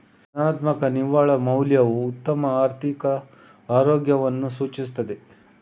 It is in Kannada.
ಧನಾತ್ಮಕ ನಿವ್ವಳ ಮೌಲ್ಯವು ಉತ್ತಮ ಆರ್ಥಿಕ ಆರೋಗ್ಯವನ್ನು ಸೂಚಿಸುತ್ತದೆ